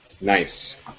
Nice